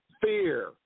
fear